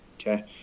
okay